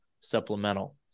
supplemental